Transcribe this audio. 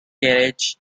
carriage